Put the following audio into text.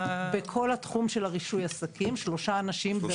בכל התחום של רישוי העסקים שלושה אנשים.